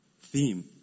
theme